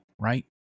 right